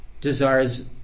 desires